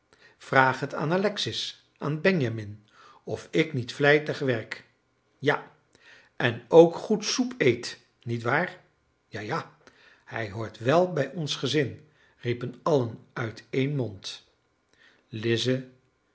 vraag het aan alexis aan benjamin of ik niet vlijtig werk ja en ook goed soep eet niet waar ja ja hij hoort wel tot ons gezin riepen allen uit één mond lize